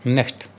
Next